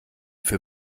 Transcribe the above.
für